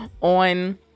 on